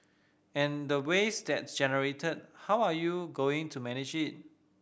and the waste that generated how are you going to manage it